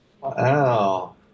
Wow